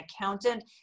accountant